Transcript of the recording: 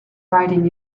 writing